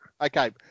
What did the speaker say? Okay